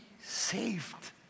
saved